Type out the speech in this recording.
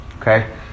Okay